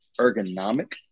ergonomic